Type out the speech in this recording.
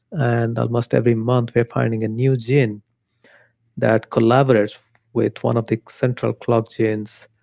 and almost every month, we're finding a new gene that collaborates with one of the central clock genes.